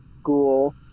school